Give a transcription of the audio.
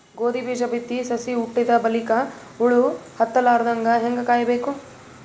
ಗೋಧಿ ಬೀಜ ಬಿತ್ತಿ ಸಸಿ ಹುಟ್ಟಿದ ಬಲಿಕ ಹುಳ ಹತ್ತಲಾರದಂಗ ಹೇಂಗ ಕಾಯಬೇಕು?